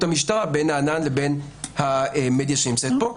המשטרה בין הענן לבין המדיה שנמצאת בו,